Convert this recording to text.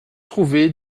trouver